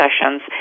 sessions